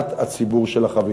לידיעת הציבור של החבילה.